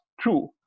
true